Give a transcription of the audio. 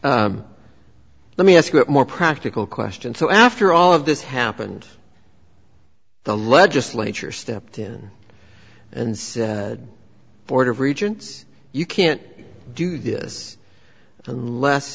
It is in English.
let me ask you a more practical question so after all of this happened the legislature stepped in and said board of regents you can't do this unless